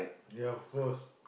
ya of course